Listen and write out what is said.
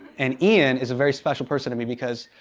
and ian is a very special person to me because,